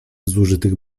zużytych